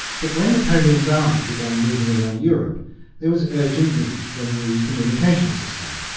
but when napoleon's army began moving around europe there was urgent need for a new communications system,